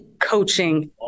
coaching